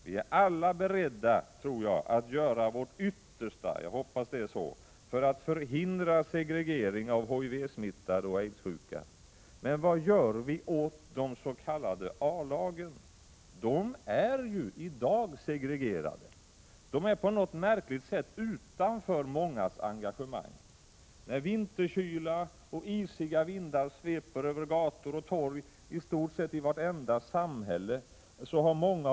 Vi är alla beredda att göra vårt yttersta, hoppas jag, för att förhindra segregering av HIV-smittade och aidssjuka. Men vad gör vi åt de s.k. A-lagen? De är i dag segregerade. De är på något märkligt sätt utanför mångas engagemang. När vinterkyla och isiga vindar sveper över gator och torg, har många av A-lagets medlemmar ingenstans att ta vägen.